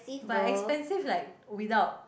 but expensive like without